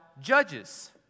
judges